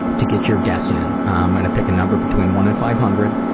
to get your guess in. i'm going to pick a number between one and five hundred,